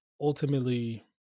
ultimately